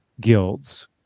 guilds